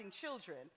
children